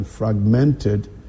fragmented